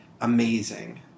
amazing